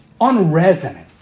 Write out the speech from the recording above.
unresonant